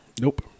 Nope